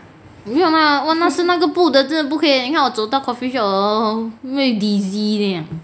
不用啦 !wah! 那时候那个布的真的不可以诶你看我走到那个 coffee shop 会 dizzy 这样